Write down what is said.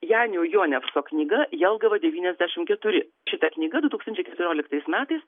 janio jonevso knyga jelgava devyniasdešim keturi šita knyga du tūkstančiai keturioliktais metais